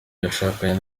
yashakanye